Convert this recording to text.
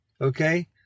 Okay